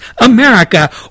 America